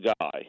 guy